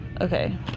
Okay